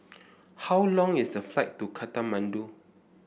how long is the flight to Kathmandu